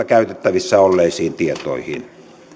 käytettävissä olleisiin tietoihin